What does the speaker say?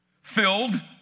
filled